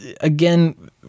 again